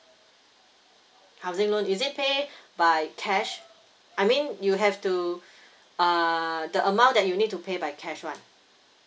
housing loan is it pay by cash I mean you have to uh the amount that you need to pay by cash [one]